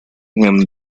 him